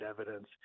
evidence